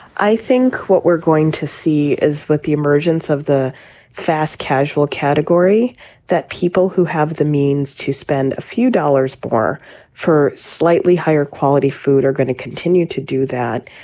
i think what we're going to see is with the emergence of the fast casual category that people who have the means to spend a few dollars more for slightly higher quality food are going to continue to do that.